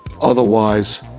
otherwise